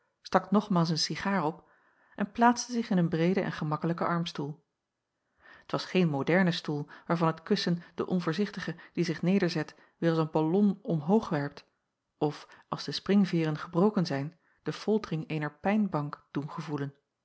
nogmaals een cigaar op en plaatste zich in een breeden en gemakkelijken armstoel t was geen moderne stoel waarvan het kussen den onvoorzichtige die zich nederzet weêr als een ballon omhoogwerpt of als de springveêren gebroken zijn de foltering eener pijnbank doet gevoelen